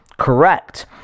correct